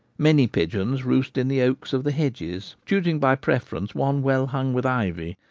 many pigeons roost in the oaks of the hedges, choosing by preference one well hung with ivy,